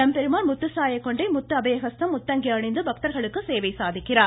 நம்பெருமாள் முத்துசாய கொண்டை முத்து அபயஹஸ்தம் முத்தங்கி அணிந்து பக்தர்களுக்கு சேவை சாதிக்கிறார்